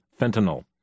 fentanyl